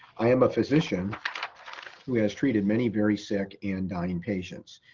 i am a physician who has treated many very sick and dying patients.